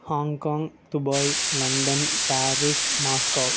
Hong Kong Dubai London Paris Moscow